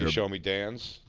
you showin' me dan's?